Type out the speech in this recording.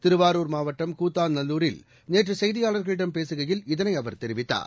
திருவாரூர் மாவட்டம் கூத்தாநல்லூரில் நேற்று செய்தியாளர்களிடம் பேசுகையில் இதனை அவர் தெரிவித்தார்